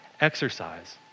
exercise